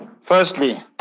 Firstly